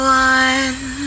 one